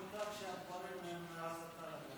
כנסת נכבדה,